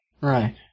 Right